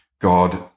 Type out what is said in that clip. God